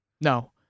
No